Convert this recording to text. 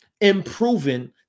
improving